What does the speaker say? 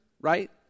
right